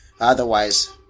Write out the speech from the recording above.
Otherwise